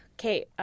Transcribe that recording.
Okay